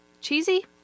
Cheesy